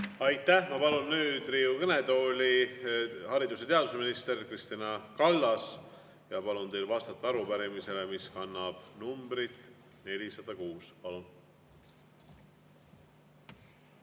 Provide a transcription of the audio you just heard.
Aitäh! Ma palun Riigikogu kõnetooli haridus‑ ja teadusminister Kristina Kallase. Palun teil vastata arupärimisele, mis kannab numbrit 406.